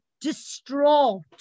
distraught